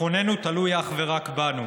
"ביטחוננו תלוי אך ורק בנו,